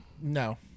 No